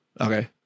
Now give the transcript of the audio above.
Okay